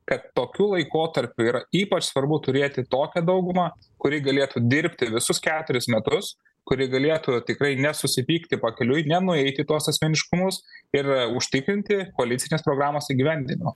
kad tokiu laikotarpiu yra ypač svarbu turėti tokią daugumą kuri galėtų dirbti visus keturis metus kuri galėtų tikrai nesusipykti pakeliui nenueit į tuos asmeniškumus ir užtikrinti koalicinės programos įgyvendinimą